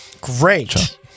Great